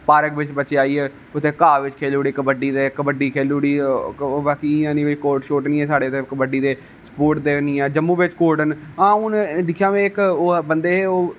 park बिच बच्चे आई गे उत्थै घा बिच खेली ओड़ी कबड्डी ते कबड्डी खेली ओड़ी ते बाकी इयां नी कोई कोट शोट नेईं ऐ साढ़े इत्थै कबड्डी दे स्पोट दे बी नेईं ऐ जम्मू बिच कोट ना हां हून दिक्खा में इक बंदे ओह्